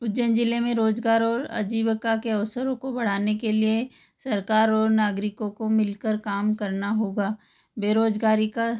उज्जैन जिले में रोजगार और अजीविका के अवसरों को बढ़ाने के लिए सरकार और नागरिकों को मिलकर काम करना होगा बेरोजगारी का